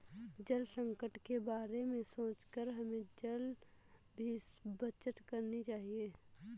जल संकट के बारे में सोचकर हमें जल की बचत करनी चाहिए